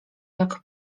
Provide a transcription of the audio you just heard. jak